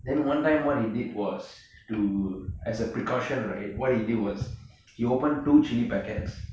then one time what he did was to as a precaution right what he was he open two chilli packets